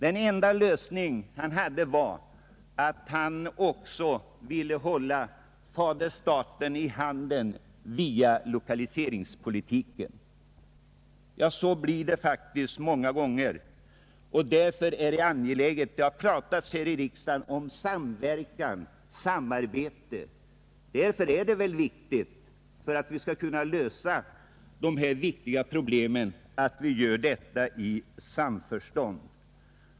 Den enda lösning han hade var att han också ville hålla fader staten i handen via lokaliseringspolitiken. Så blir det faktiskt många gånger. Det har pratats här i riksdagen om samverkan och samarbete. Om vi skall kunna lösa dessa viktiga problem, måste det ske i samförstånd.